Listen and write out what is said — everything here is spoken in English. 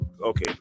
okay